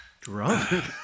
drunk